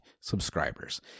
subscribers